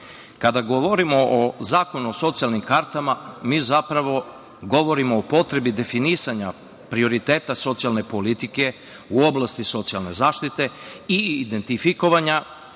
govorimo o zakonu o socijalnim kartama, mi zapravo govorimo o potrebi definisanja prioriteta socijalne politike u oblasti socijalne zaštite i identifikovanja